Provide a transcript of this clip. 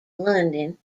london